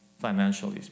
financially